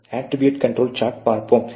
attribute control சார்ட்டை பார்ப்போம்